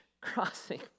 crossing